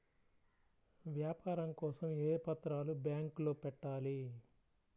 వ్యాపారం కోసం ఏ పత్రాలు బ్యాంక్లో పెట్టాలి?